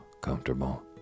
comfortable